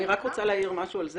אני רק רוצה להעיר משהו על זה,